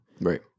Right